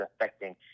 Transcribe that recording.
affecting